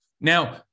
now